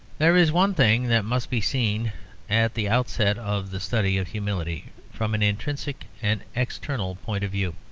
there is one thing that must be seen at the outset of the study of humility from an intrinsic and eternal point of view.